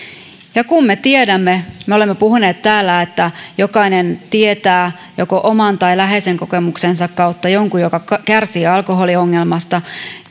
kun me olemme puhuneet täällä että jokainen tietää joko oman tai läheisensä kokemuksen kautta jonkun joka kärsii alkoholiongelmasta